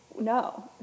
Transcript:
no